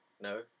no